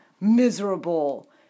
miserable